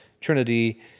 Trinity